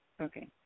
Okay